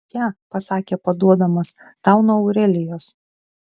čia pasakė paduodamas tau nuo aurelijos